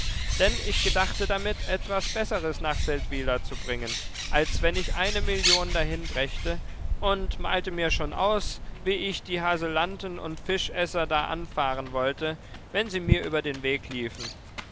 denn ich gedachte damit etwas besseres nach seldwyla zu bringen als wenn ich eine million dahin brächte und malte mir schon aus wie ich die haselanten und fischesser da anfahren wollte wenn sie mir über den weg liefen